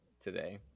today